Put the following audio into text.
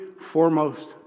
foremost